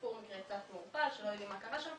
סיפור מקרה קצת מעורפל שלא יודעים מה קרה שם.